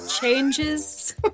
changes